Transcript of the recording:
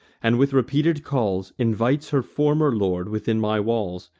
and, with repeated calls, invites her former lord within my walls.